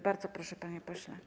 Bardzo proszę, panie pośle.